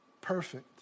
perfect